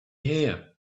here